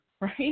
right